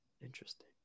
Interesting